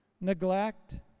Neglect